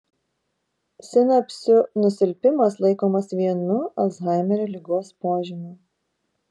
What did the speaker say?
sinapsių nusilpimas laikomas vienu alzhaimerio ligos požymių